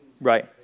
Right